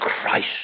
Christ